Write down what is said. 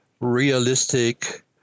realistic